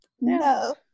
no